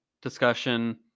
discussion